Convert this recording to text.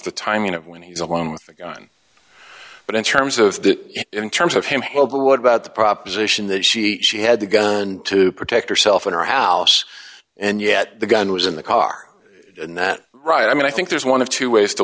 the timing of when he's alone with the gun but in terms of in terms of him helder what about the proposition that she she had a gun and to protect herself in her house and yet the gun was in the car and that right i mean i think there's one of two ways to